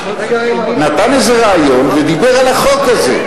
נתן איזה ריאיון ודיבר על החוק הזה.